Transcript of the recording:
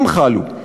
אם חלו,